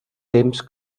temps